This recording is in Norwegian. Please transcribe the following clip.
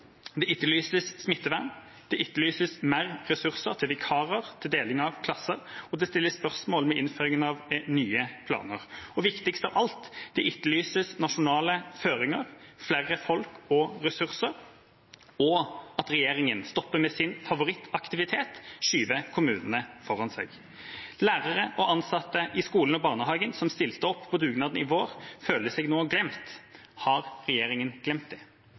Det etterlyses smittevern, det etterlyses mer ressurser til vikarer, til deling av klasser, og det stilles spørsmål ved innføringen av nye planer. Og viktigst av alt, det etterlyses nasjonale føringer, flere folk og ressurser og at regjeringa stopper med sin favorittaktivitet: å skyve kommunene foran seg. Lærere og ansatte i skoler og barnehager som stilte opp på dugnad i vår, føler seg nå glemt. Har regjeringa glemt